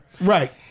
right